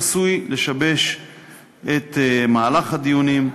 עשוי לשבש את מהלך הדיונים,